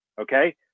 Okay